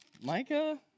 Micah